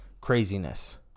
craziness